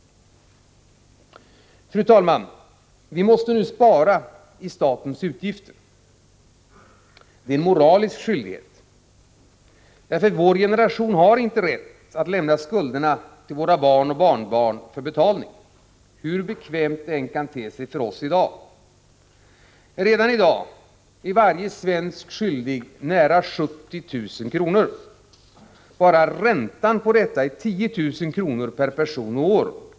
Fru talman! Vi måste nu spara i statens utgifter. Det är en moralisk skyldighet. Vår generation har inte rätt att lämna skulderna till våra barn och barnbarn för betalning, hur bekvämt det än kan te sig för oss i dag. Redan i dag är varje svensk skyldig nära 70 000 kr. Bara räntan på detta är 10 000 kr. per person och år.